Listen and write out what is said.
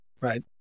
Right